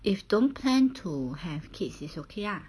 if don't plan to have kids is okay ah